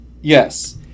Yes